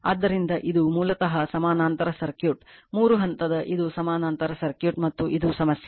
ಆದ್ದರಿಂದ ಇದು ಮೂಲತಃ ಸಮಾನಾಂತರ ಸರ್ಕ್ಯೂಟ್ ಮೂರು ಹಂತ ಇದು ಸಮಾನಾಂತರ ಸರ್ಕ್ಯೂಟ್ ಮತ್ತು ಇದು ಸಮಸ್ಯೆ